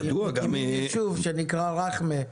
יש ישוב שנקרא רח'מה,